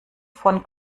von